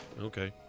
Okay